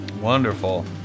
Wonderful